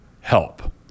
help